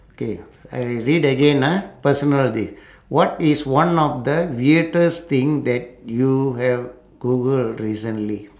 okay I will read again ah personal thing what is one of the weirdest thing that you have googled recently